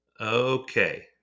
Okay